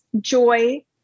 joy